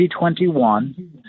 2021